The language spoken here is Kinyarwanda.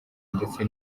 ndetse